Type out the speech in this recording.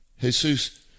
Jesus